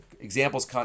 examples